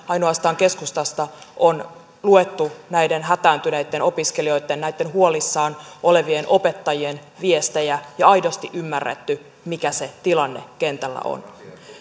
ainoastaan keskustasta on luettu näiden hätääntyneitten opiskelijoitten ja näitten huolissaan olevien opettajien viestejä ja aidosti ymmärretty mikä se tilanne kentällä on